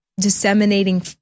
disseminating